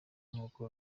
nk’uko